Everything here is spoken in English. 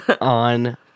on